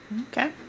Okay